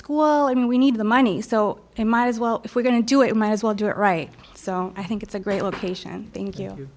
school and we need the money so they might as well if we're going to do it might as well do it right so i think it's a great location thank you